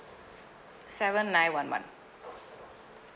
seven nine one one